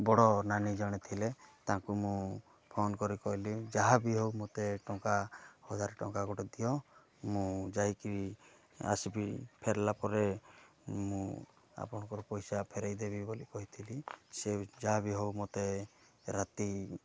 ବଡ଼ ନାନୀ ଜଣେ ଥିଲେ ତାଙ୍କୁ ମୁଁ ଫୋନ୍ କରି କହିଲି ଯାହା ବି ହେଉ ମୋତେ ଟଙ୍କା ହଜାରେ ଟଙ୍କା ଗୋଟେ ଦିଅ ମୁଁ ଯାଇକି ଆସିକି ଫେରିଲା ପରେ ମୁଁ ଆପଣଙ୍କର ପଇସା ଫେରେଇଦେବି ବୋଲି କହିଥିଲି ସିଏ ଯାହା ବି ହେଉ ମୋତେ ରାତି